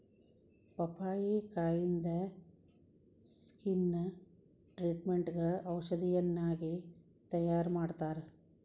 ಪಪ್ಪಾಯಿಕಾಯಿಂದ skin ಟ್ರಿಟ್ಮೇಟ್ಗ ಔಷಧಿಯನ್ನಾಗಿ ತಯಾರಮಾಡತ್ತಾರ